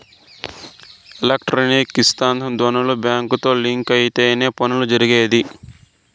electronic ఐస్కాంత ధ్వనులు బ్యాంకుతో లింక్ అయితేనే పనులు జరిగేది